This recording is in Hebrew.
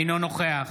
אינו נוכח